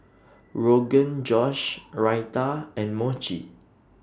Rogan Josh Raita and Mochi